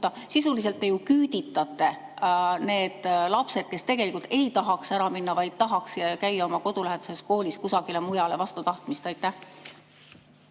Sisuliselt te ju küüditate need lapsed, kes tegelikult ei tahaks ära minna, vaid tahaksid käia oma kodulähedases koolis, nii et nad peavad minema kusagile mujale vastu tahtmist. Aitäh!